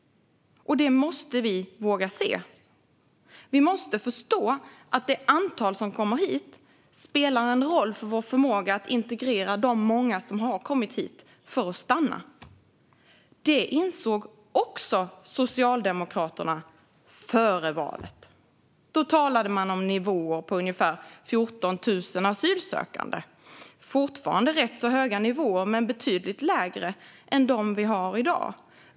Detta måste vi våga se. Vi måste förstå att antalet som kommer hit spelar roll för vår förmåga att integrera de många som har kommit hit för att stanna. Detta insåg även Socialdemokraterna före valet. Då talade ni om nivåer på ungefär 14 000 asylsökande. Det var fortfarande rätt höga nivåer men betydligt lägre än dem vi har i dag.